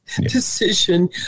decision